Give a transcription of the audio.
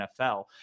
NFL